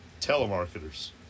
telemarketers